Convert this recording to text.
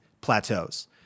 plateaus